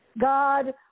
God